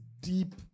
deep